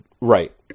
Right